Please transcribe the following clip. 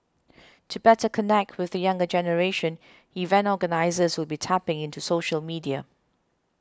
to better connect with the younger generation event organisers will be tapping into social media